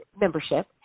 membership